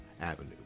Avenue